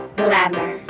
glamour